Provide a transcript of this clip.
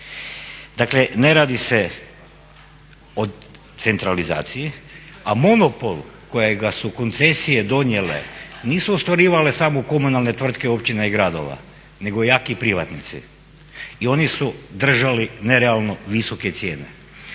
Dakle, ne radi se o centralizaciji, a monopol kojega su koncesije donijele nisu ostvarivale samo komunalne tvrtke općina i gradova nego jako privatnici. I oni su držali nerealno visoke cijene.